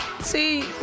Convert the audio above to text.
see